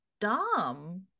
dumb